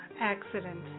accident